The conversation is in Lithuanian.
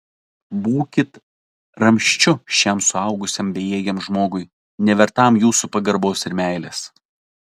būkit ramsčiu šiam suaugusiam bejėgiam žmogui nevertam jūsų pagarbos ir meilės